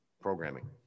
programming